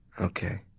Okay